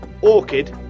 Orchid